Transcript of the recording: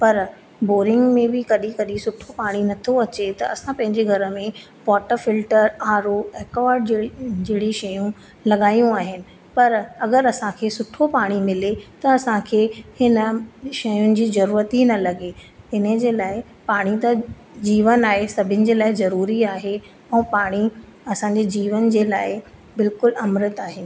पर बोरिंग में बि कॾहिं कॾहिं सुठो पाणी न थो अचे त असां पंहिंजे घर में water filter R O aqua जे जहिड़ी शयूं लॻायूं आहिनि पर अगरि असांखे सुठो पाणी मिले त असांखे हिननि शयुन जी ज़रूअत ई न लॻे इनजे लाइ पाणी त जीवन आहे सभिनि जे लाइ जरूरी आहे ऐं पाणी असांजे जीवन जे लाइ बिलकुलु अमृत आहे